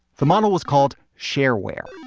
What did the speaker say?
the model was called shareware.